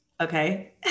okay